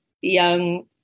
young